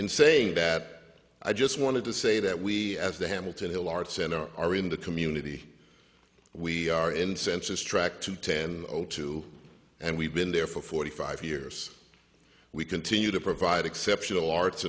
in saying that i just wanted to say that we as the hamilton hill art center are in the community we are in census track to ten o two and we've been there for forty five years we continue to provide exceptional arts